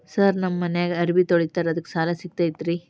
Sir ನಮ್ಮ ಮನ್ಯಾಗ ಅರಬಿ ತೊಳಿತಾರ ಅದಕ್ಕೆ ಸಾಲ ಸಿಗತೈತ ರಿ?